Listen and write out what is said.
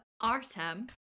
Artem